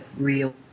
real